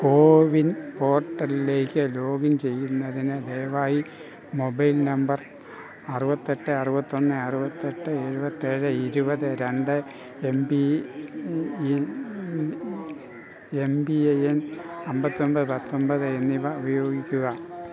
കോവിൻ പോർട്ടലിലേക്ക് ലോഗിൻ ചെയ്യുന്നതിന് ദയവായി മൊബൈൽ നമ്പർ അറുപത്തിയെട്ട് അറുപത്തിയൊന്ന് അറുപത്തിയെട്ട് എഴുപത്തിയേഴ് ഇരുപത് രണ്ട് M P M P I N അമ്പത്തി ഒന്പത് പത്തൊന്പത് എന്നിവ ഉപയോഗിക്കുക